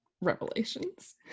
revelations